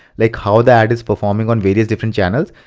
like how the ad is performing on various different channels.